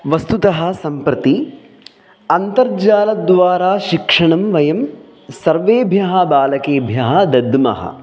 वस्तुतः सम्प्रति अन्तर्जालद्वारा शिक्षणं वयं सर्वेभ्यः बालकेभ्यः दद्मः